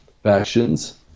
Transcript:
Factions